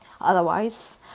Otherwise